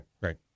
right